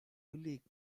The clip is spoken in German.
belegt